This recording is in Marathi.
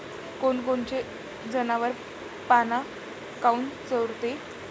कोनकोनचे जनावरं पाना काऊन चोरते?